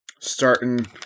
Starting